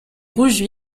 rouge